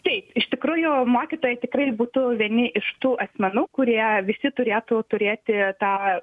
taip iš tikrųjų mokytojai tikrai būtų vieni iš tų asmenų kurie visi turėtų turėti tą